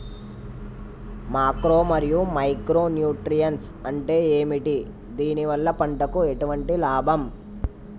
Macro మరియు micro nutrients అంటే ఏమిటి? దీనివల్ల పంటకు ఎటువంటి లాభం?